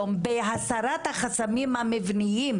יום בהסרת החסמים המבניים,